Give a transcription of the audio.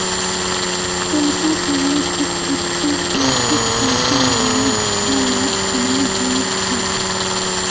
श्वेता कोहले की क्रिप्टो करेंसीत पैसा लगाले ज्यादा लाभ कमाल जवा सकोहिस